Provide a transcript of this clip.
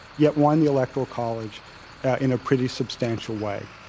yet won the electoral college in a pretty substantial way.